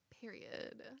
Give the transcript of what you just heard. Period